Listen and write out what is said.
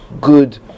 good